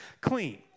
clean